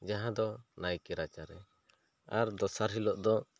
ᱡᱟᱦᱟᱸ ᱫᱚ ᱱᱟᱭᱠᱮ ᱨᱟᱪᱟ ᱨᱮ ᱟᱨ ᱫᱚᱥᱟᱨ ᱦᱤᱞᱚᱜ ᱫᱚ